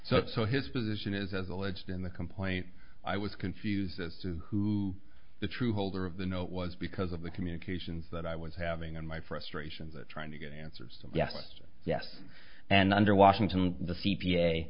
so so his position is as alleged in the complaint i was confused as to who the true holder of the note was because of the communications that i was having on my frustrations at trying to get answers yes yes and under washington the c